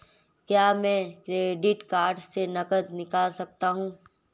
क्या मैं credit card से नकद निकाल सकता हूँ?